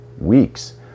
weeks